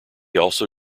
also